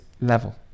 level